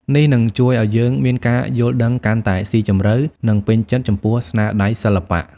នេះនឹងជួយឲ្យយើងមានការយល់ដឹងកាន់តែស៊ីជម្រៅ និងពេញចិត្តចំពោះស្នាដៃសិល្បៈ។